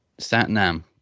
Satnam